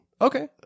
okay